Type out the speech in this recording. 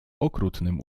okrutnym